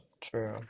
true